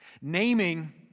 Naming